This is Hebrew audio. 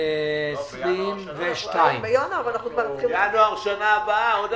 2022. בינואר בשנה הבאה הם יצטרכו לבוא לכאן